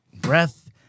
breath